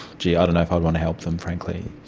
gee, i don't know if i'd want to help them frankly.